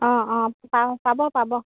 অঁ পা পাব পাব